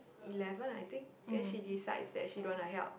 eleven I think then she decides that she don't wanna help